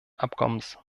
abkommens